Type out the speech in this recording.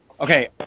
Okay